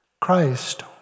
Christ